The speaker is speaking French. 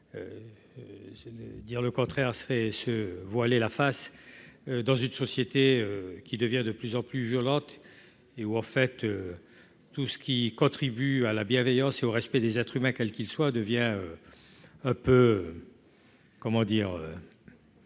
dire le contraire c'est se voiler la face, dans une société qui devient de plus en plus violentes et où, en fait, tout ce qui contribue à la bienveillance et au respect des être s'humains, quels qu'ils soient devient. Un peu, comment dire.